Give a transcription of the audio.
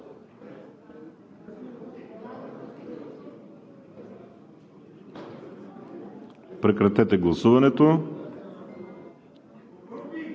Прекратете гласуването